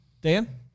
Dan